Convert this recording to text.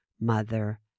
mother